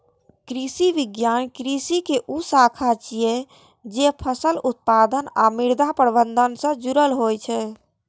कृषि विज्ञान कृषि के ऊ शाखा छियै, जे फसल उत्पादन आ मृदा प्रबंधन सं जुड़ल होइ छै